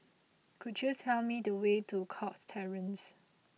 could you tell me the way to Cox Terrace